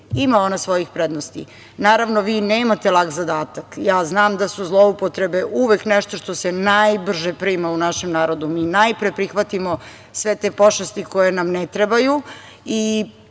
Ima ona svojih prednosti. Naravno, vi nemate lak zadatak. Ja znam da su zloupotrebe uvek nešto što se najbrže prima u našem narodu. Mi najpre prihvatimo sve te pošasti koje nam ne trebaju